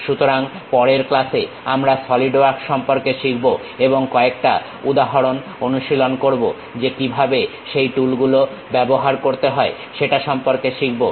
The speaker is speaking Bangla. সুতরাং পরের ক্লাসে আমরা সলিড ওয়ার্কস সম্পর্কে শিখবো এবং কয়েকটা উদাহরণ অনুশীলন করবো যে কিভাবে সেই টুলগুলো ব্যবহার করতে হয় সেটা সম্পর্কে শিখবো